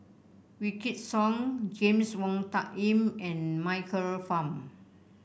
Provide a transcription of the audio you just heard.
Wykidd Song James Wong Tuck Yim and Michael Fam